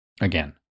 Again